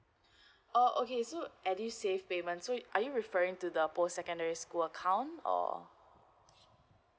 oh okay so edusave payment so are you referring to the post secondary school account or